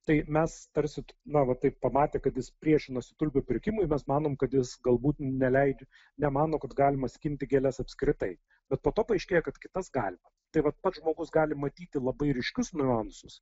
tai mes tarsi na vat taip pamatf kad jis priešinasi tulpių pirkimui mes manom kad jis galbūt neleidžia nemano kad galima skinti gėles apskritai bet po to paaiškėja kad kitas galima tai vat pats žmogus gali matyti labai ryškius niuansus